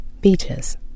beaches